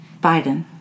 Biden